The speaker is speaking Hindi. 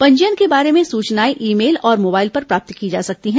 पंजीयन के बारे में सूचनाएं ई मेल और मोबाइल पर प्राप्त की जा सकती है